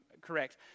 correct